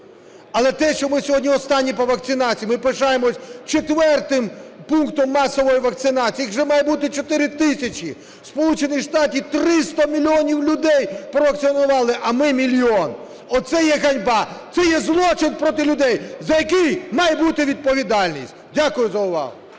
Але те, що ми сьогодні останні по вакцинації, ми пишаємося четвертим пунктом масової вакцинації. Їх же має бути 4 тисячі. В Сполучених Штатах 300 мільйонів людей провакцинували, а ми – мільйон. Оце є ганьба. Це є злочин проти людей, за який має бути відповідальність! Дякую за увагу.